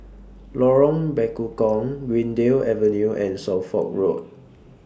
Lorong Bekukong Greendale Avenue and Suffolk Road